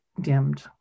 dimmed